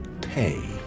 pay